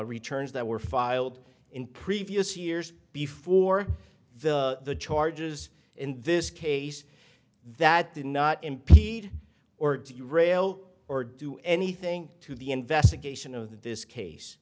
returns that were filed in previous years before the charges in this case that did not impede or rail or do anything to the investigation of this case